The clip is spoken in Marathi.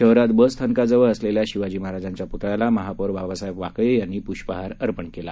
शहरात बस स्थानकाजवळ असलेल्या शिवाजी महाराजांच्या पुतळ्याला महापौर बाबासाहेब वाकळे यांनी पुष्पहार अर्पण केला